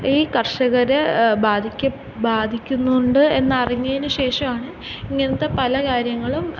ഈ കർഷകര് ബാധിക്ക് ബാധിക്കുന്നുണ്ട് എന്നറിഞ്ഞതിന് ശേഷമാണ് ഇങ്ങനത്തെ പല കാര്യങ്ങളും